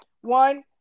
One